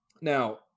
now